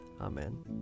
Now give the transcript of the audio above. Amen